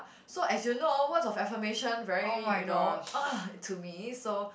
so as you know words of affirmation very you know !ugh! to me so